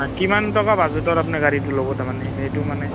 কিমান টকা বাজেটৰ আপোনাৰ গাড়ীটো ল'ব তাৰমানে সেইটো মানে